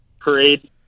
Parade